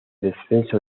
descenso